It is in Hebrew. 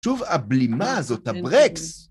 שוב הבלימה הזאת, הברקס!